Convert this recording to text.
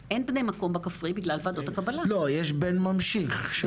לא, יש בן ממשיך.